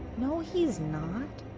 no, he's not,